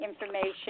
information